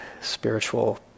spiritual